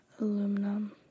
Aluminum